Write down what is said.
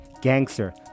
gangster